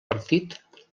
partit